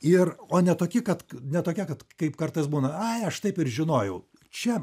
ir o ne toki kad ne tokia kad kaip kartais būna ai aš taip ir žinojau čia